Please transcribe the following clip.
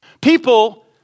People